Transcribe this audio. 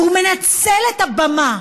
והוא מנצל את הבמה